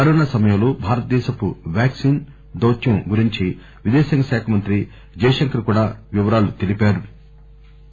corona సమయంలో భారతదేశపు vaccine దౌత్యం గురించి విదేశాంగ శాఖ మంత్రి జయశంకర్ కూడా వివరాలు తెలిపారని చెప్పారు